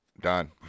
Done